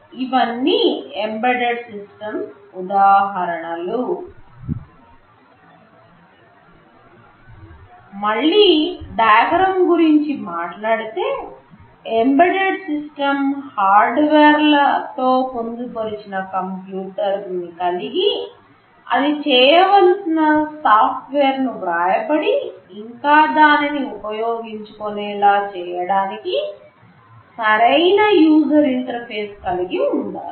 ఇవన్నీ embedded systems ఉదాహరణలు మళ్లీ డయాగ్రమ్ గురించి మాట్లాడితే ఎంబెడెడ్ సిస్టమ్ హార్డ్వేర్లతో పొందుపరిచిన కంప్యూటర్ను కలిగి అది చేయవలసిన సాఫ్ట్వేర్ను వ్రాయబడి ఇంకా దానిని ఉపయోగించుకునేలా చేయడానికి సరైన యూజర్ ఇంటర్ఫేస్ కలిగి ఉండాలి